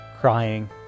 crying